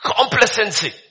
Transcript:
complacency